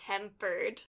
tempered